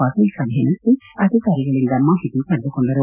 ಪಾಟೀಲ್ ಸಭೆ ನಡೆಸಿ ಅಧಿಕಾರಿಗಳಿಂದ ಮಾಹಿತಿ ಪಡೆದುಕೊಂಡರು